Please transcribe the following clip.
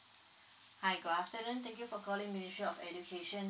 hi good afternoon thank you for calling ministry of education